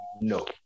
No